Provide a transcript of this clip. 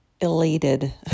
elated